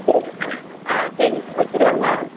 சரி ஆ சரி வச்சுருவாங்க